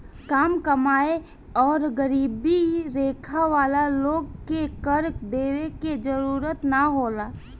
काम कमाएं आउर गरीबी रेखा वाला लोग के कर देवे के जरूरत ना होला